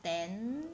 ten